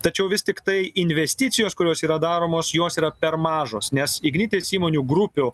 tačiau vis tiktai investicijos kurios yra daromos jos yra per mažos nes ignitis įmonių grupių